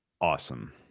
awesome